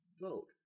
vote